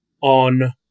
on